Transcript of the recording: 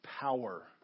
power